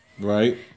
Right